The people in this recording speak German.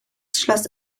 schloss